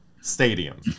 stadium